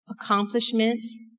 accomplishments